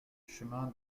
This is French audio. chemin